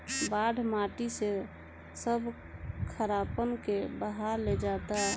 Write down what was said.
बाढ़ माटी से सब खारापन के बहा ले जाता